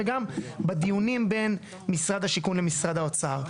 גם בדיונים בין משרד השיכון למשרד האוצר.